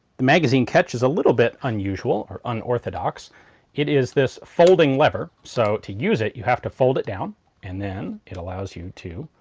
the magazine catches a little bit unusual or unorthodox it is this folding lever, so to use it you have to fold it down and then it allows you to.